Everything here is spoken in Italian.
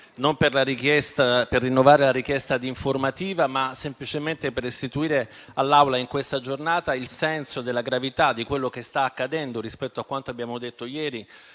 non per rinnovare la richiesta di informativa, ma semplicemente per restituire all'Assemblea in questa giornata il senso della gravità di quello che sta accadendo, rispetto a quanto abbiamo detto ieri,